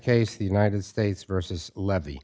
case the united states versus levy